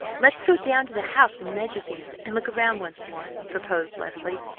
let's go down to the house, and measure things, and look around once more, proposed leslie.